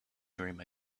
dream